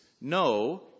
no